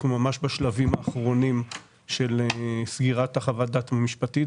אנחנו ממש בשלבים האחרונים של סגירת חוות הדעת המשפטית,